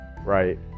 right